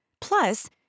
Plus